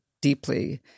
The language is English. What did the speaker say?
deeply